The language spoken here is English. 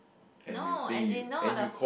no as in no the